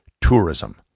Tourism